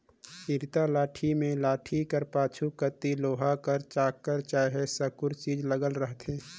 इरता लाठी मे लाठी कर पाछू कती लोहा कर चाकर चहे साकुर चीज लगल रहथे